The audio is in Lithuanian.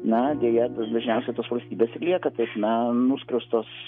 na deja dažniausiai tos valstybės ir lieka taip na nuskriaustos